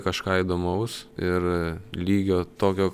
kažką įdomaus ir lygio tokio